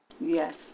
Yes